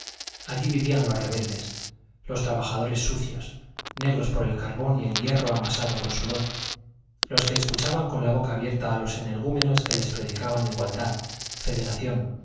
allí vivían los rebeldes los trabajadores sucios negros por el carbón y el hierro amasados con sudor los que escuchaban con la boca abierta a los energúmenos que les predicaban igualdad federación